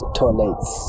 toilets